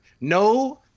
no